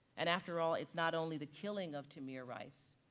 and after all, it's not only the killing of tamir rice,